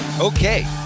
Okay